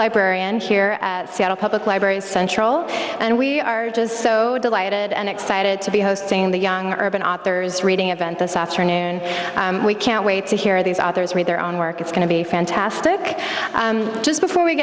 librarian here at seattle public library central and we are just so delighted and excited to be hosting the young urban authors reading about this afternoon and we can't wait to hear these others read their own work it's going to be fantastic and just before we